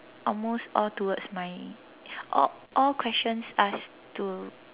almost all towards mine all all questions ask to